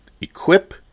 Equip